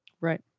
Right